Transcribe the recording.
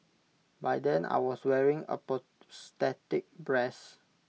by then I was wearing A prosthetic breast